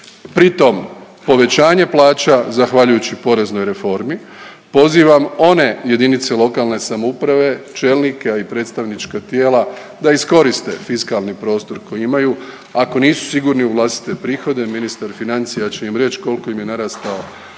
Pritom povećanje plaća zahvaljujući poreznoj reformi. Pozivam one jedinice lokalne samouprave čelnike, a i predstavnička tijela da iskoriste fiskalni prostor koji imaju, ako nisu sigurni u vlastite prihode ministar financija će im reći koliko im je narastao